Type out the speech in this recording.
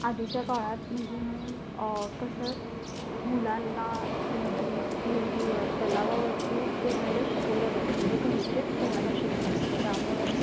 आधीच्या काळात म्हणजे कसं मुलांना नदी विहिरीवर तलावावरती पोहायला शिकवलं जायचं म्हणजे घरचेच पोहायला शिकवायचे त्यामुळे